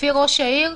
לפי ראש העיר,